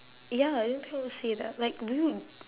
ya I don't think I would stay there like we would g~